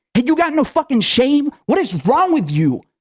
and you got no fucking shame? what is wrong with you?